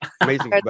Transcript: amazing